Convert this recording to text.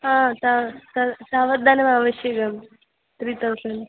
हा ता तावद्धनम् आवश्यकं त्री तौसण्ड्